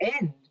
end